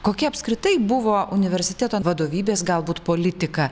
kokia apskritai buvo universiteto vadovybės galbūt politika